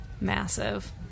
Massive